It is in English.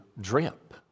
drip